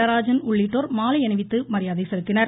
நடராஜன் உள்ளிட்டோர் மாலை அணிவித்து மரியாதை செலுத்தினர்